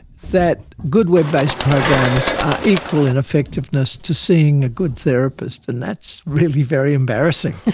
that good web based programs are equal in effectiveness to seeing a good therapist, and that's really very embarrassing.